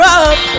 up